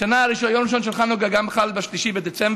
השנה, היום הראשון של חנוכה גם חל ב-3 בדצמבר,